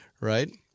right